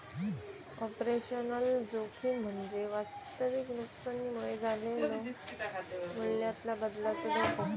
operational जोखीम म्हणजे वास्तविक नुकसानीमुळे झालेलो मूल्यातला बदलाचो धोको